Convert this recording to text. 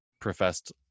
professed